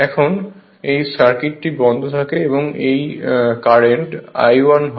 এখন এই সার্কিটটি বন্ধ থাকে এবং এই কারেন্ট I1 হয়